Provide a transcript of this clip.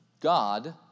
God